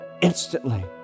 instantly